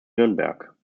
nürnberg